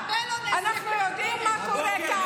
כשמחבל אונס, אנחנו יודעים מה קורה כאן.